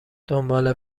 دنبال